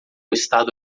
estado